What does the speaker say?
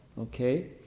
Okay